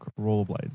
Rollerblades